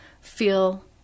feel